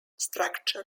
structure